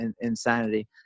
Insanity